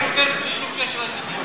אבל בלי שום קשר לזכויות.